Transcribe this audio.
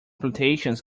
plantations